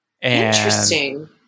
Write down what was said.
Interesting